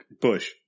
Bush